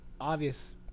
obvious